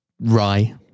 rye